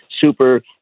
Super